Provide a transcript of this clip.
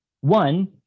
One